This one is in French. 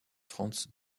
franz